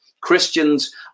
Christians